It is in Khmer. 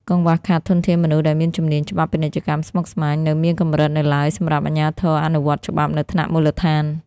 កង្វះខាតធនធានមនុស្សដែលមានជំនាញច្បាប់ពាណិជ្ជកម្មស្មុគស្មាញ នៅមានកម្រិតនៅឡើយសម្រាប់អាជ្ញាធរអនុវត្តច្បាប់នៅថ្នាក់មូលដ្ឋាន។